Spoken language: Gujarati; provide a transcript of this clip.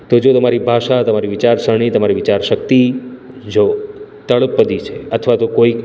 તો જો તમારી ભાષા તમારી વિચારસરણી તમારી વિચારશક્તિ જો તળપદી છે અથવા તો કોઈક